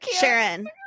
Sharon